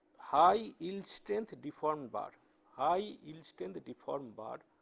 high yield strength deformed bar high yield strength deformed bar